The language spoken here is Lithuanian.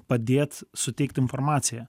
padėt suteikt informaciją